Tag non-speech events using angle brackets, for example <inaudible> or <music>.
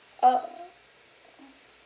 orh <noise>